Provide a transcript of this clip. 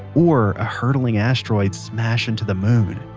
or a hurtling asteroid smash into the moon,